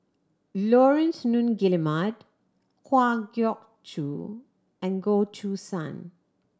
Laurence Nunns Guillemard Kwa Geok Choo and Goh Choo San